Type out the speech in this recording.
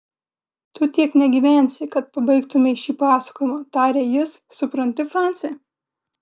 tu tiek negyvensi kad pabaigtumei šį pasakojimą tarė jis supranti franci